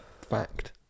fact